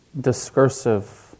discursive